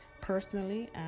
personally